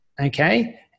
okay